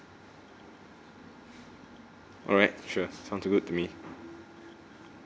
alright sure sounds good to me